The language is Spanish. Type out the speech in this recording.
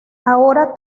ahora